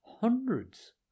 hundreds